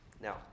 Now